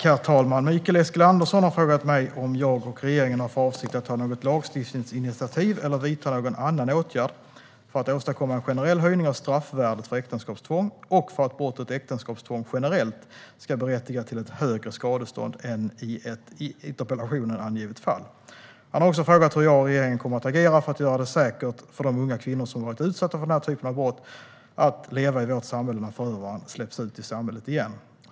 Herr talman! Mikael Eskilandersson har frågat mig om jag och regeringen har för avsikt att ta något lagstiftningsinitiativ eller vidta någon annan åtgärd för att åstadkomma en generell höjning av straffvärdet för äktenskapstvång och för att brottet äktenskapstvång generellt ska berättiga till ett högre skadestånd än i ett i interpellationen angivet fall. Han har också frågat hur jag och regeringen kommer att agera för att göra det säkert för de unga kvinnor som varit utsatta för den här typen av brott att leva i vårt samhälle när förövaren släpps ut i samhället igen.